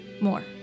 More